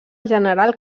general